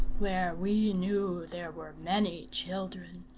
where we knew there were many children,